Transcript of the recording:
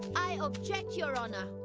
i object your honor.